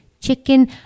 chicken